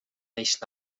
neist